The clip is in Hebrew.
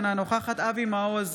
אינה נוכחת אבי מעוז,